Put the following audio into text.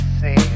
See